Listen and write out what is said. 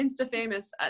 insta-famous